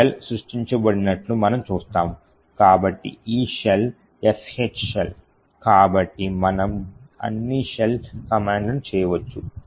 కాబట్టి ఈ shell "sh" shell కాబట్టి మనం అన్ని షెల్ కమాండ్ లను చేయవచ్చు